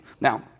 Now